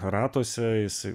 ratuose jisai